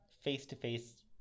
face-to-face